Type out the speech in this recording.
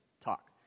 talk